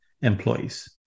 employees